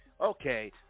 Okay